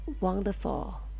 wonderful